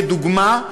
כדוגמה,